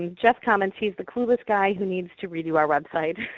jeff comments, he's the clueless guy who needs to re-do our website.